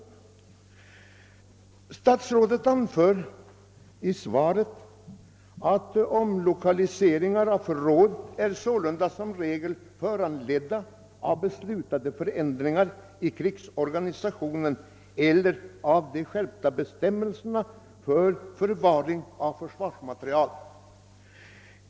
Statsrådet anför i svaret att »omlokaliseringar av förråd är sålunda som regel föranledda av beslutade förändringar i krigsorganisationen eller av de skärpta bestämmelserna för förvaring av försvarsmateriel».